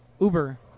Uber